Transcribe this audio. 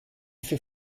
fait